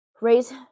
raise